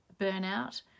burnout